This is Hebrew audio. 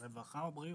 זה רווחה או בריאות?